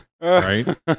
right